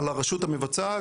על הרשות המבצעת,